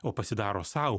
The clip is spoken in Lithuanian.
o pasidaro sau